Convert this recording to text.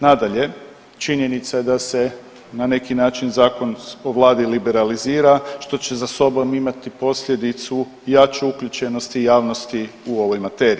Nadalje, činjenica je da se na neki način Zakon o Vladi liberalizira, što će za sobom imati posljedicu jače uključenosti javnosti u ovoj materiji.